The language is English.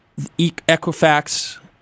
equifax